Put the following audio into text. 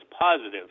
positive